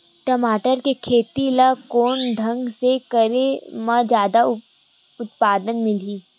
टमाटर के खेती ला कोन ढंग से करे म जादा उत्पादन मिलही?